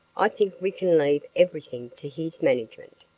i think we can leave everything to his management.